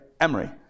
Emory